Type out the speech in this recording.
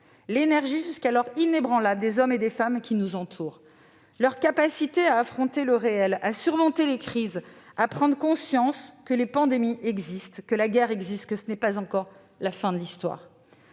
l'énergie jusqu'alors inébranlable des hommes et des femmes qui nous entourent, leur capacité à affronter le réel, à surmonter les crises, à prendre conscience que les pandémies et les guerres existent, et que ce n'est pas encore la fin de l'histoire.